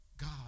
God